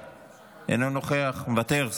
מוותר,